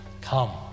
come